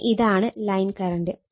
ഇനി ഇതാണ് line current